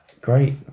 great